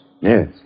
Yes